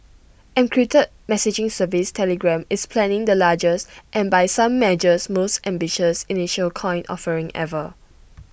encrypted messaging service Telegram is planning the largest and by some measures most ambitious initial coin offering ever